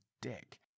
dick